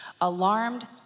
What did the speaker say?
Alarmed